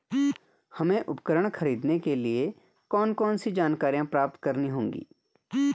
हमें उपकरण खरीदने के लिए कौन कौन सी जानकारियां प्राप्त करनी होगी?